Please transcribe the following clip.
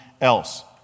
else